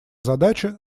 задача